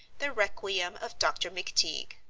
the requiem of dr. mcteague.